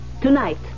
Tonight